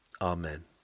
Amen